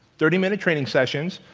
thirty-minute training sessions,